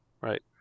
right